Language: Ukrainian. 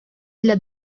для